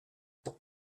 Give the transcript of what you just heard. but